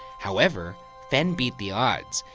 however, fenn beat the odds,